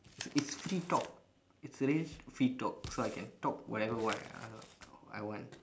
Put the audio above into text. it's it's free talk it's really free talk so I can talk whatever what uh I want